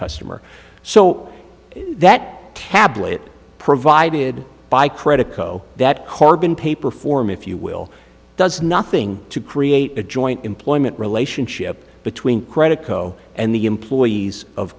customer so that tablet provided by credico that harbin paper form if you will does nothing to create a joint employment relationship between credico and the employees of